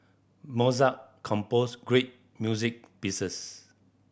Mozart composed great music pieces